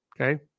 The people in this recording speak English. Okay